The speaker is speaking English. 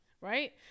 Right